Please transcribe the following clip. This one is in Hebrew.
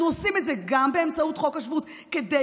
אנחנו עושים את זה גם באמצעות חוק השבות כדי